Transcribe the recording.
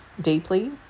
deeply